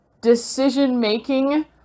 decision-making